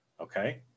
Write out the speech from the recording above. Okay